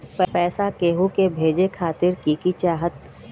पैसा के हु के भेजे खातीर की की चाहत?